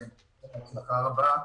אני מאחל להם הצלחה רבה.